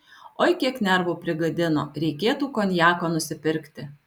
oi kiek nervų prigadino reikėtų konjako nusipirkti